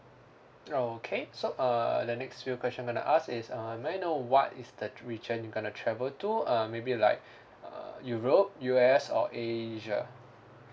okay so err the next few question I gonna ask is uh may I know what is the region you gonna travel to uh maybe like uh europe U_S or asia